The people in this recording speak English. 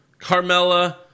Carmella